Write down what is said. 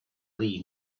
lee